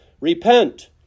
Repent